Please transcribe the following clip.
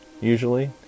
usually